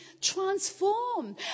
transformed